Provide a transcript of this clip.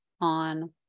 on